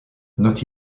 not